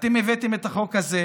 אתם הבאתם את החוק הזה,